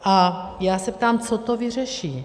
A já se ptám co to vyřeší?